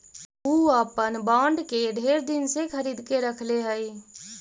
ऊ अपन बॉन्ड के ढेर दिन से खरीद के रखले हई